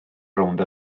rownd